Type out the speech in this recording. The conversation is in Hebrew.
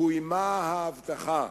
קוימה ההבטחה